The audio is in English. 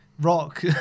rock